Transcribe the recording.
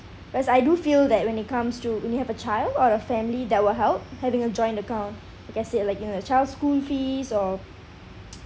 cause I do feel that when it comes to when you have a child or a family that will help having a joint account because it like you know child's school fees or